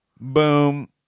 boom